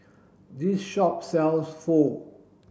this shop sells Pho